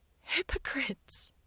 Hypocrites